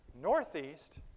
northeast